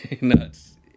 Nuts